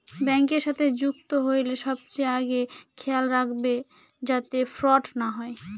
ব্যাঙ্কের সাথে যুক্ত হইলে সবচেয়ে আগে খেয়াল রাখবে যাতে ফ্রড না হয়